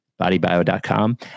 bodybio.com